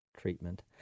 treatment